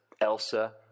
Elsa